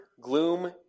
gloom